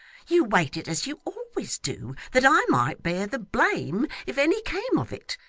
you waited, as you always do, that i might bear the blame, if any came of it.